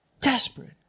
desperate